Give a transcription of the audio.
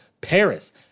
Paris